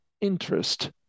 interest